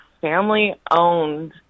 family-owned